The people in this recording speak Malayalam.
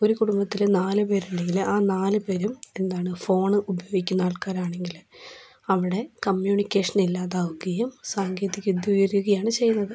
ഒരു കുടുംബത്തിലെ നാല് പേരുണ്ടെങ്കിൽ ആ നാല് പേരും എന്താണ് ഫോണ് ഉപയോഗിക്കുന്ന ആൾക്കാരാണെങ്കിൽ അവിടെ കമ്മ്യൂണിക്കേഷൻ ഇല്ലാതാവുകയും സാങ്കേതിക വിദ്യ ഉയരുകയാണ് ചെയ്യുന്നത്